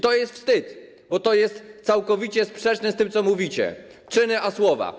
To jest wstyd, bo to jest całkowicie sprzeczne z tym, co mówicie: czyny a słowa.